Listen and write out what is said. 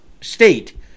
State